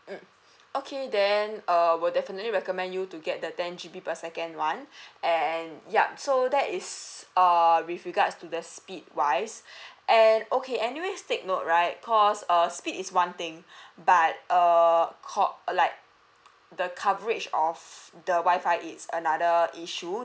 mm okay then err we definitely recommend you to get the ten G_B per second one and yup so that is err with regards to the speed wise and okay anyways take note right cause err speed is one thing but err co~ like the coverage of the WI-FI is another a issue